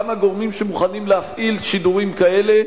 כמה גורמים שמוכנים להפעיל שידורים כאלה,